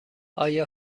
آیا